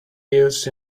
used